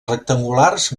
rectangulars